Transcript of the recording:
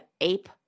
ape